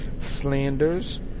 slanders